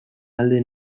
alde